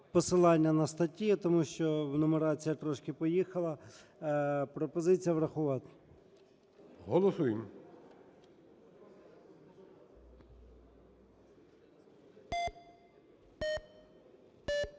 посилання на статті, тому що нумерація трошки поїхала. Пропозиція врахувати. ГОЛОВУЮЧИЙ.